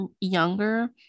younger